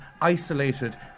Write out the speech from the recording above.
isolated